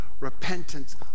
Repentance